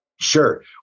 Sure